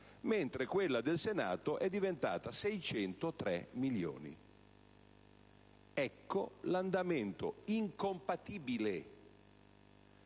mentre quella del Senato di 603 milioni. Ecco l'andamento incompatibile